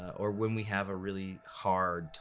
or when we have a really hard,